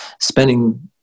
spending